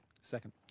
Second